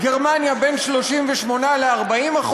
גרמניה בין 38% ל-40%.